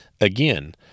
Again